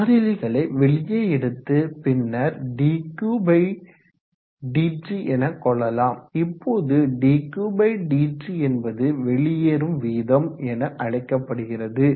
மாறிலிகளை வெளியே எடுத்து பின்னர் ddt எனக்கொள்ளலாம் இப்போது ddt என்பது வெளியேறும் வீதம் என அழைக்கப்படுகிறது